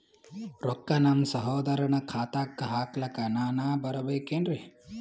ರೊಕ್ಕ ನಮ್ಮಸಹೋದರನ ಖಾತಾಕ್ಕ ಹಾಕ್ಲಕ ನಾನಾ ಬರಬೇಕೆನ್ರೀ?